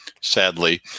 Sadly